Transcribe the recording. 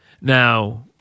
Now